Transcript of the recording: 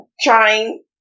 trying